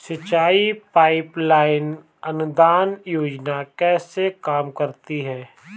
सिंचाई pipeline अनुदान योजना कैसे काम करती है?